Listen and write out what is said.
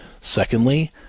Secondly